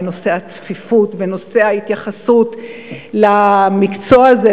את נושא הצפיפות ואת נושא ההתייחסות למקצוע הזה,